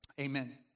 amen